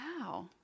Wow